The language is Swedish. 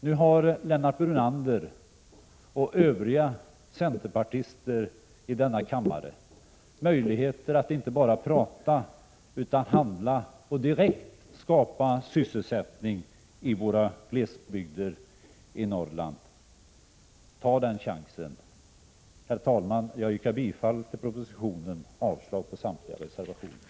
Nu har Lennart Brunander och övriga centerpartister i denna kammare möjlighet att inte bara tala utan även handla och direkt skapa sysselsättning i våra glesbygder i Norrland. Ta den chansen! Herr talman! Jag yrkar bifall till hemställan i betänkandet med anledning av propositionen och avslag på samtliga reservationer.